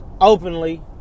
openly